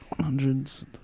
Hundreds